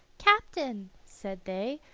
captain, said they,